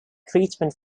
treatment